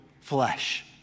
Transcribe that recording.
flesh